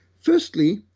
Firstly